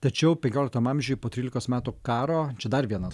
tačiau penkioliktam amžiuj po trylikos metų karo čia dar vienas